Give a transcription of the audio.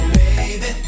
baby